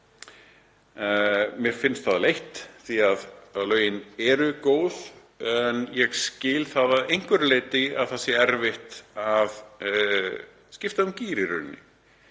Mér finnst það leitt því að lögin eru góð en ég skil að einhverju leyti að það sé erfitt að skipta um gír í rauninni.